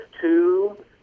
two